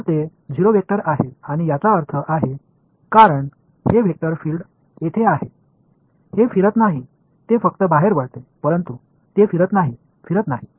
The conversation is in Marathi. तर ते 0 वेक्टर आहे आणि याचा अर्थ आहे कारण हे वेक्टर फील्ड येथे आहे ते फिरत नाही ते फक्त बाहेर वळते परंतु ते फिरत नाही फिरत नाही